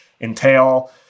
entail